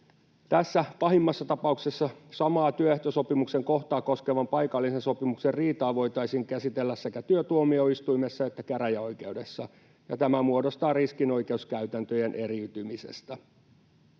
tässä pahimmassa tapauksessa samaa työehtosopimuksen kohtaa koskevan paikallisen sopimuksen riitaa voitaisiin käsitellä sekä työtuomioistuimessa että käräjäoikeudessa, ja tämä muodostaa riskin oikeuskäytäntöjen eriytymisestä.